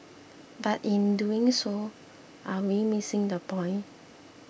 but in doing so are we missing the point